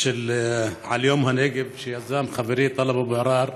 על יום הנגב, שיזם חברי טלב אבו עראר.